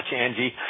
Angie